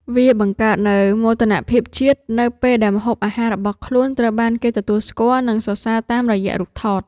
វាបង្កើតនូវមោទនភាពជាតិ នៅពេលដែលម្ហូបអាហាររបស់ខ្លួនត្រូវបានគេទទួលស្គាល់ និងសរសើរតាមរយៈរូបថត។